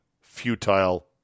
futile